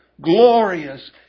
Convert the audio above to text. glorious